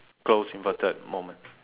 close inverted moment